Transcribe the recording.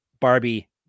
barbie